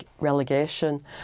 relegation